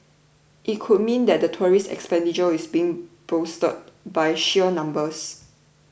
it could mean that tourist expenditure is being bolstered by sheer numbers